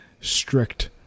strict